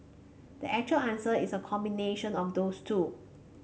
the actual answer is a combination of those two